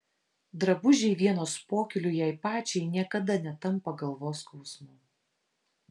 drabužiai vienos pokyliui jai pačiai niekada netampa galvos skausmu